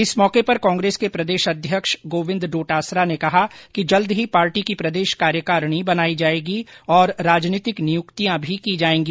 इस मौके पर कांग्रेस के प्रदेश अध्यक्ष गोविंद डोटासरा ने कहा कि जल्द ही पार्टी की प्रदेश कार्यकारिणी बनाई जाएगी और राजनीति नियुक्तियां भी की जाएगी